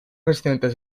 residentes